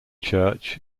church